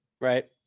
right